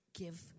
give